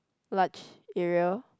large area